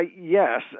yes